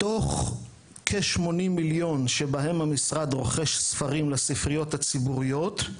מתוך כ-80 מיליון שבהם המשרד רוכש ספרים לספריות הציבוריות,